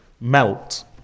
melt